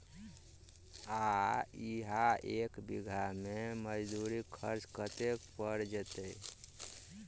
आ इहा एक बीघा मे मजदूरी खर्च कतेक पएर जेतय?